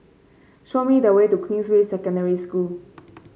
show me the way to Queensway Secondary School